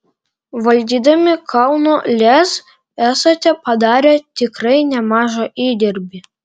valdydami kauno lez esate padarę tikrai nemažą įdirbį